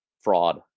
fraud